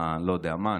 אני לא יודע מה,